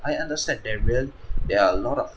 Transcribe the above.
I understand they're real there are a lot of